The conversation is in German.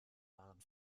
waren